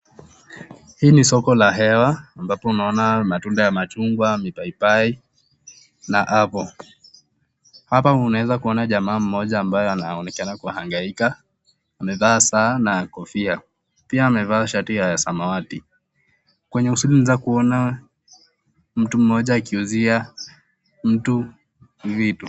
Hii ni soko la hewa ambapo unaona matunda ya machungwa, mipapai na apple . Hapa unaweza kuona jamaa mmoja ambaye anaonekana kuhangaika. Amevaa saa na kofia. Pia amevaa shati ya samawati. Kwenye usuli unaweza kuona mtu mmoja akiuzia mtu vitu.